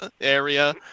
area